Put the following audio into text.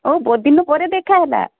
ହଉ ବହୁ ଦିନ ପରେ ଦେଖା ହେଲା